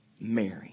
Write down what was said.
Mary